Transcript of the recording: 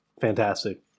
fantastic